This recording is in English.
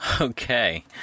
Okay